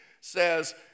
says